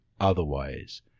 otherwise